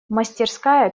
мастерская